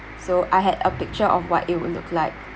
so I had a picture of what it will look like